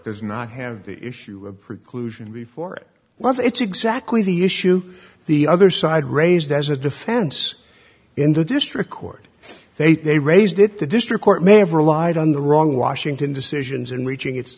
does not have the issue of preclusion before whether it's exactly the issue the other side raised as a defense in the district court they to a raised it the district court may have relied on the wrong washington decisions in reaching it's